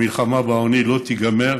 המלחמה בעוני לא תיגמר